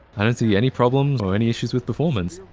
i don't see any problems or any issues with performance.